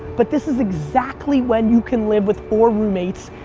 but this is exactly when you can live with four roommates,